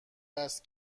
است